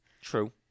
True